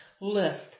list